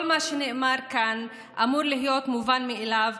כל מה שנאמר כאן אמור להיות מובן מאליו,